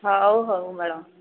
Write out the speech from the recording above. ହଉ ହଉ ମ୍ୟାଡମ୍